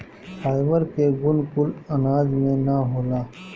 fibre के गुण कुल अनाज में ना होला